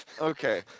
Okay